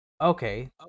okay